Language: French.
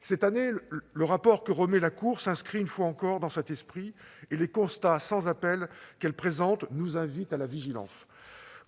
Cette année, le rapport que remet la Cour s'inscrit une fois encore dans cet esprit. Les constats sans appel qu'elle présente nous invitent à la vigilance.